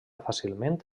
fàcilment